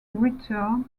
return